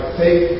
take